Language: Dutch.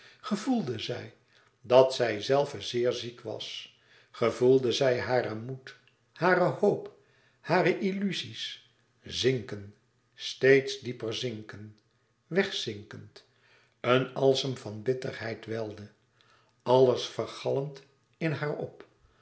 gevoelde zij dat zijzelve zeer ziek was gevoelde zij haren moed hare hoop hare illuzies zinken steeds dieper zinken wegzinkend een alsem van bitterheid welde alles vergallend in haar op